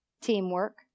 teamwork